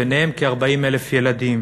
ביניהם כ-40,000 ילדים,